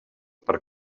per